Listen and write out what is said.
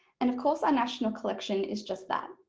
and of course our national collection is just that,